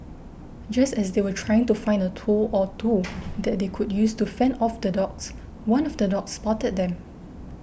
just as they were trying to find a tool or two that they could use to fend off the dogs one of the dogs spotted them